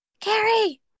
Carrie